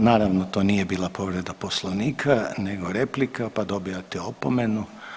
Dobro, naravno to nije bila povreda Poslovnika nego replika pa dobijate opomenu.